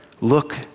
look